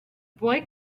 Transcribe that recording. boy